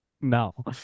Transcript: No